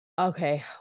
okay